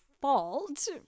fault